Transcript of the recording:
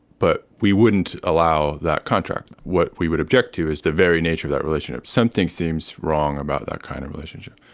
but we wouldn't allow that contract. what we would object to is the very nature of that relationship some thing seems wrong about that kind of relationship,